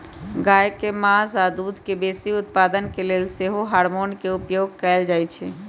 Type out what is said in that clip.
गाय के मास आऽ दूध के बेशी उत्पादन के लेल सेहो हार्मोन के उपयोग कएल जाइ छइ